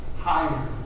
higher